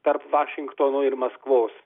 tarp vašingtono ir maskvos